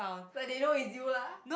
like they know it's you ah